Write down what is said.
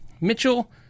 Mitchell